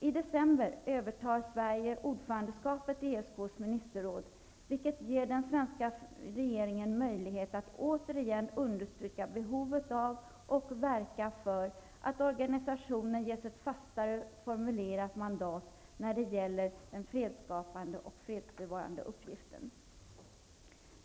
I december övertar Sverige ordförandeskapet i ESK:s ministerråd, vilket ger den svenska regeringen möjlighet att återigen understryka behovet av -- och verka för -- att organisationen ges ett fastare formulerat mandat när det gäller den fredsskapande och fredsbevarande uppgiften.